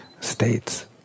states